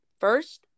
first